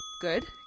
Good